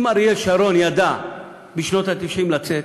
אם אריאל שרון ידע בשנות ה-90 לצאת,